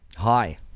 Hi